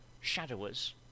shadowers